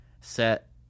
set